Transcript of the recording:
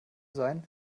sein